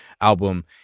album